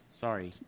Sorry